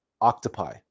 octopi